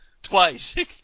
Twice